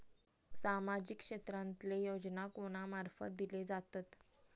सामाजिक क्षेत्रांतले योजना कोणा मार्फत दिले जातत?